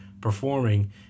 performing